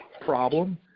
problem